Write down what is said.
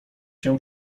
się